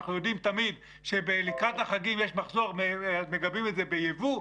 אנחנו יודעים תמיד שלקראת החגים יש מחסור ומגבים את זה בייבוא,